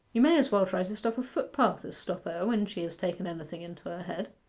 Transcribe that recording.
you may as well try to stop a footpath as stop her when she has taken anything into her head.